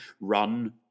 run